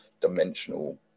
dimensional